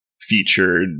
featured